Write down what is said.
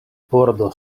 pordo